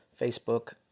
Facebook